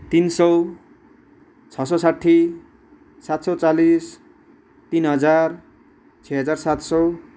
तिन सौ छ सौ साठी सात सौ चालिस तिन हजार छे हजार सात सौ